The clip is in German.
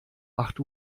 acht